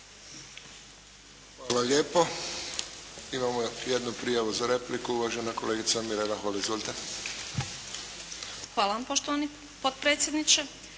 Hvala lijepo. Imamo jednu prijavu za repliku, uvažena kolegica Mirela Holy. Izvolite. **Holy, Mirela (SDP)** Hvala vam poštovani potpredsjedniče.